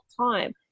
time